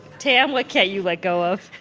tam, what can't you let go of?